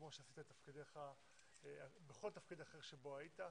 כמו שעשית כל תפקיד אחר שבו היית.